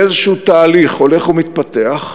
באיזשהו תהליך הולך ומתפתח,